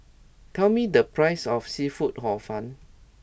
tell me the price of Seafood Hor Fun